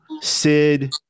Sid